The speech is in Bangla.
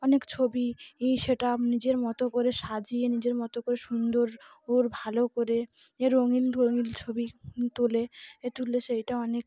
অনেক ছবি সেটা নিজের মতো করে সাজিয়ে নিজের মতো করে সুন্দর ওর ভালো করে এ রঙিন রঙিন ছবি তোলে এ তুললে সেইটা অনেক